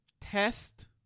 test